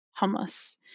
hummus